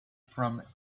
from